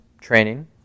training